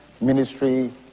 ministry